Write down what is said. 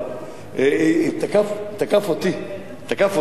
תקף אותי אישית.